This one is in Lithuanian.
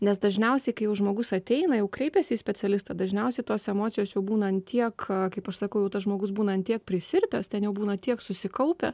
nes dažniausiai kai jau žmogus ateina jau kreipiasi į specialistą dažniausiai tos emocijos jau būna tiek kaip aš sakau jau tas žmogus būna tiek prisirpęs ten būna tiek susikaupę